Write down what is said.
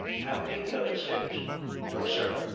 haven't you noticed it no, sir.